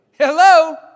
hello